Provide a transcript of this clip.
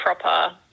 proper